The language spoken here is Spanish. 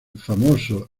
famoso